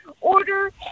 order